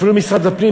אפילו משרד הפנים,